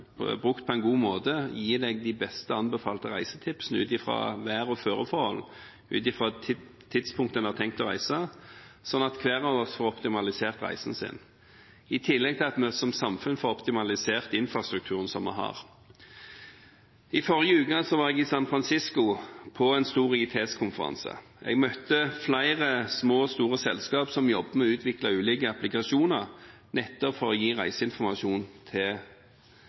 brukt på en god måte, gi en de beste anbefalte reisetipsene ut fra vær- og føreforhold, ut fra tidspunktet en har tenkt å reise, slik at hver av oss får optimalisert reisen sin, i tillegg til at vi som samfunn får optimalisert den infrastrukturen vi har. I forrige uke var jeg i San Francisco på en stor ITS-konferanse. Jeg møtte flere små og store selskaper som jobber med å utvikle ulike applikasjoner, nettopp